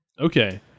Okay